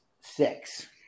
six